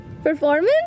Performance